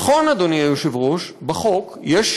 נכון, אדוני היושב-ראש, בחוק יש